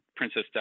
princess